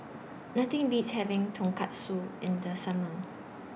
Nothing Beats having Tonkatsu in The Summer